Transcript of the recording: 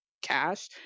cash